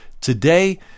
Today